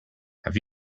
have